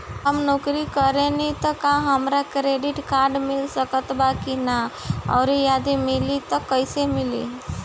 हम नौकरी करेनी त का हमरा क्रेडिट कार्ड मिल सकत बा की न और यदि मिली त कैसे मिली?